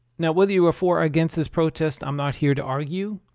now, whether you are for or against this protest i'm not here to argue.